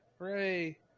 hooray